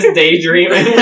daydreaming